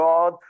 God